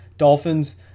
Dolphins